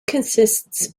consists